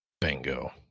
Bingo